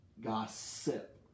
Gossip